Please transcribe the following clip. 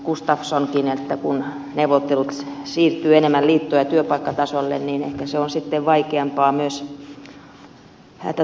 gustafsson että kun neuvottelut siirtyvät enemmän liitto ja työpaikkatasolle niin ehkä on sitten vaikeampaa myös tätä tavoitetta saavuttaa